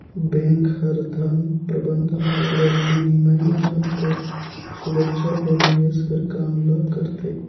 bank हर धन प्रबंधन, मुद्राबिनिमय, धन कर सुरक्छा अउ निवेस कर काम ल करथे